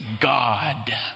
God